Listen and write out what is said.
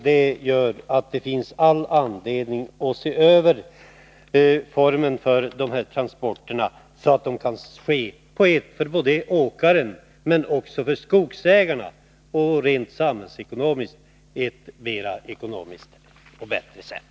Det gör att det finns all anledning att se över formerna för dessa transporter, så att de kan ske på ett för både åkarna och skogsägarna mer ekonomiskt och bättre sätt — liksom på ett rent samhällsekonomiskt bättre sätt.